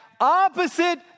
opposite